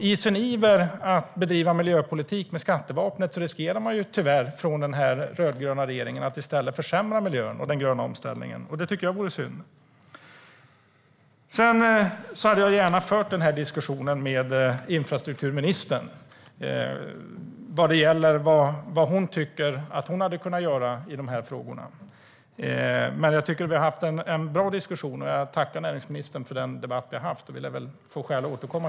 I sin iver att bedriva miljöpolitik med skattevapnet riskerar den rödgröna regeringen tyvärr att i stället försämra miljön och den gröna omställningen, och det tycker jag vore synd. Jag hade gärna fört diskussionen med infrastrukturministern vad gäller vad hon tycker att hon hade kunnat göra i frågorna. Men jag tycker att vi har haft en bra diskussion, och jag tackar näringsministern för den debatt vi har haft. Vi lär få skäl att återkomma.